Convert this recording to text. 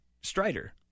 Strider